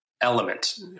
element